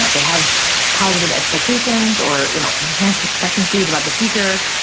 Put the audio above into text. ah they have positive expectations or you know enhanced expectancies about the future,